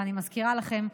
ואני מזכירה לכם,